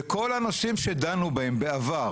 וכל הנושאים שדנו בהם בעבר